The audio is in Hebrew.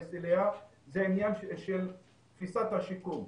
להתייחס אליה זה העניין של תפיסת השיקום.